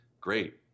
great